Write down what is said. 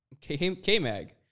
K-Mag